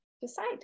decide